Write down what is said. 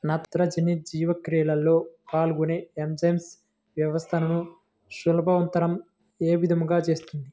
నత్రజని జీవక్రియలో పాల్గొనే ఎంజైమ్ వ్యవస్థలను సులభతరం ఏ విధముగా చేస్తుంది?